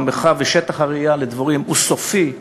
ושטח הרעייה לדבורים הוא סופי,